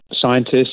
scientists